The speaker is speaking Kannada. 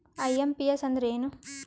ಐ.ಎಂ.ಪಿ.ಎಸ್ ಅಂದ್ರ ಏನು?